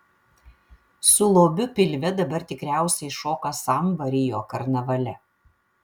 su lobiu pilve dabar tikriausiai šoka sambą rio karnavale